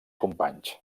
companys